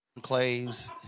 enclaves